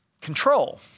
control